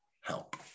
help